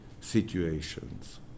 situations